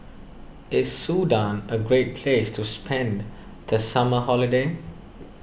is Sudan a great place to spend the summer holiday